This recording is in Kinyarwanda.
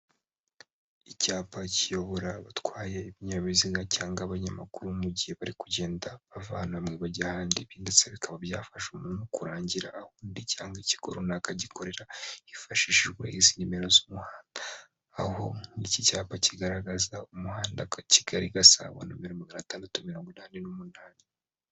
Icyapa kiyobora abatwaye ibinyabiziga cyangwa abanyamaguru mu gihe bari kugenda bava ahantu hamwe bajya ahandi, ibi ndetse bikaba byafasha umuntu kurangira aho undi cyangwa ikigo runaka gikorera hifashishijwe izi nimero z'umuhanda, aho nk'iki cyapa kigaragaza umuhanda Ka, Kigali- Gasabo nomero magana atandatu mirongo inani n'umunani.